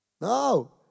No